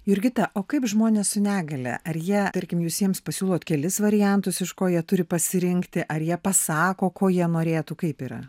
jurgita o kaip žmonės su negalia ar jie tarkim jūs jiems pasiūlot kelis variantus iš ko jie turi pasirinkti ar jie pasako ko jie norėtų kaip yra